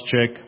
check